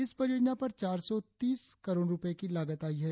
इस परियोजना पर चार सौ तीस करोड़ रुपये की लागत आई है